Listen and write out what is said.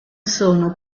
sono